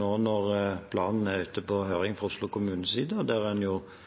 nå når planen er ute på høring fra Oslo kommunes side. Riktignok peker en